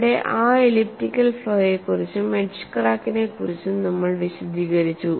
ഇവിടെ ആ എലിപ്റ്റിക്കൽ ഫ്ലോയെക്കുറിച്ചും എഡ്ജ് ക്രാക്കിനെക്കുറിച്ചും നമ്മൾ വിശദീകരിച്ചു